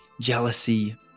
jealousy